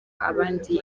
abandi